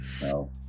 no